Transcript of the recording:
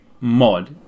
mod